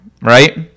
right